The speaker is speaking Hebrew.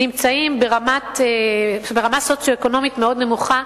ברמה סוציו-אקונומית מאוד נמוכה.